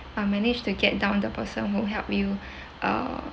uh managed to get down the person who help you uh